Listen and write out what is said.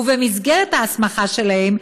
ובמסגרת ההסמכה שלהם,